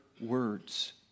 words